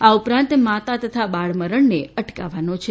આ ઉપરાંત માતા તથા બાળમરણને અટકાવવાનો છે